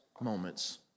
moments